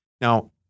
Now